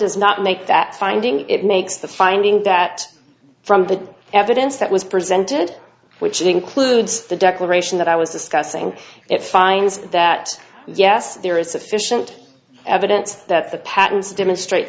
does not make that finding it makes the finding that from the evidence that was presented which includes the declaration that i was discussing it finds that yes there is sufficient evidence that the patents demonstrate